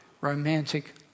romantic